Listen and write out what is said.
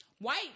White